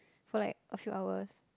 for like a few hours